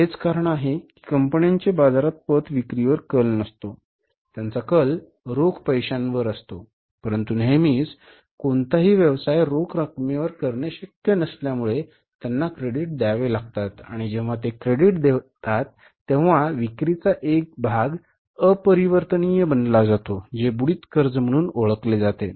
हेच कारण आहे की कंपन्यांचे बाजारात पत विक्रीवर कल नसतो त्यांचा कल रोख पैशावर असतो परंतु नेहमीच कोणताही व्यवसाय रोख रकमेवर करणे शक्य नसल्यामुळे त्यांना क्रेडिट द्यावे लागतात आणि जेव्हा ते क्रेडिट देतात तेव्हा विक्रीचा एक भाग अपरिवर्तनीय बनला जातो जे बुडीत कर्ज म्हणून ओळखले जाते